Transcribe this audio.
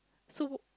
so